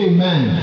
Amen